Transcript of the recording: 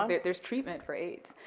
um yeah there's treatment for aids.